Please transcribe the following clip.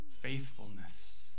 faithfulness